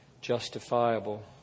justifiable